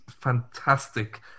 fantastic